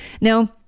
Now